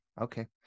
okay